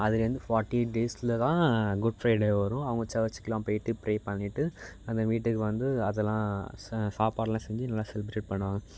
அதுலேருந்து forty eight டேஸில் தான் குட்ஃப்ரைடே வரும் அவங்க சர்ச்சுக்குலாம் போய்ட்டு ப்ரே பண்ணிவிட்டு அந்த வீட்டுக்கு வந்து அதெல்லாம் ச சாப்பாடுலாம் செஞ்சு நல்லா செலிப்ரேட் பண்ணுவாங்க